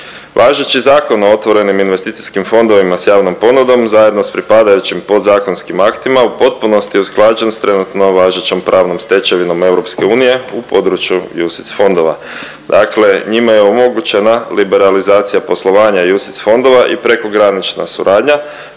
Važeći Zakon o otvorenim investicijskim fondovima s javnom ponudom zajedno s pripadajućim podzakonskim aktima u potpunosti je usklađen s trenutno važećom pravnom stečevinom EU u području UCITS fondova. Dakle, njima je omogućena liberalizacija poslovanja UCITS fondova i prekogranična suradnja,